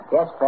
Yes